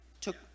took